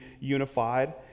unified